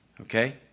Okay